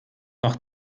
noch